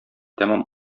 тәмам